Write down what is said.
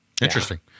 Interesting